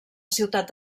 ciutat